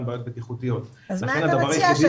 בעיות בטיחותיות --- אז מה אתה מציע?